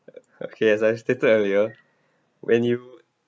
okay as I stated earlier when you